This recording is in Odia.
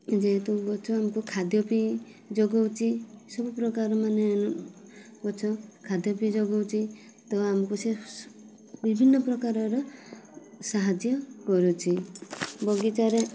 ଯେହେତୁ ଗଛ ଆମକୁ ଖାଦ୍ୟ ବି ଯୋଗାଉଛି ସବୁପ୍ରକାର ମାନେ ଗଛ ଖାଦ୍ୟ ବି ଯୋଗାଉଛି ତ ଆମକୁ ସିଏ ବିଭିନ୍ନପ୍ରକାରର ସାହାଯ୍ୟ କରୁଛି ବଗିଚାରେ